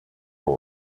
for